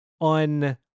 on